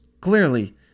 clearly